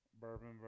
Bourbon